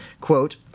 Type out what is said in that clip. Quote